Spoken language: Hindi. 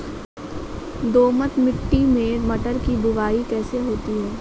दोमट मिट्टी में मटर की बुवाई कैसे होती है?